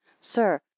sir